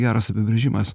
geras apibrėžimas